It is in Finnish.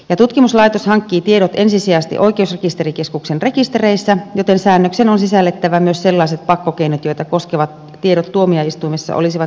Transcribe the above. tutkimuslaitos hankkii tiedot ensisijaisesti oikeusrekisterikeskuksen rekistereistä joten säännöksen on sisällettävä myös sellaiset pakkokeinot joita koskevat tiedot tuomioistuimissa olisivat julkisia